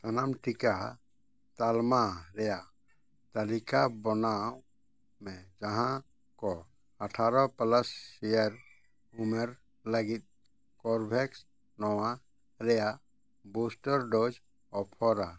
ᱥᱟᱱᱟᱢ ᱴᱤᱠᱟᱹ ᱛᱟᱞᱢᱟ ᱨᱮᱭᱟᱜ ᱛᱟᱹᱞᱤᱠᱟ ᱵᱮᱱᱟᱣ ᱢᱮ ᱡᱟᱦᱟᱸ ᱠᱚ ᱟᱴᱷᱟᱨᱚ ᱯᱞᱟᱥ ᱤᱭᱟᱨᱥ ᱩᱢᱮᱨ ᱞᱟᱹᱜᱤᱫ ᱠᱳᱼᱵᱷᱮᱠᱥ ᱱᱚᱣᱟ ᱨᱮᱭᱟᱜ ᱵᱩᱥᱴᱟᱨ ᱰᱳᱡᱽ ᱚᱯᱷᱟᱨᱟ